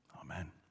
Amen